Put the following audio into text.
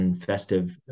festive